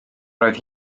roedd